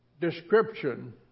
description